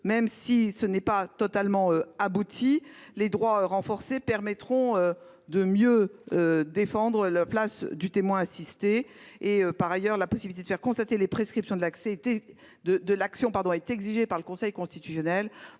dispositif n'est pas totalement abouti, les droits renforcés permettront de mieux défendre la place du témoin assisté. Par ailleurs, la possibilité de faire constater la prescription de l'action est exigée par le Conseil constitutionnel.